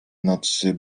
nocy